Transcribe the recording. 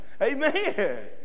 Amen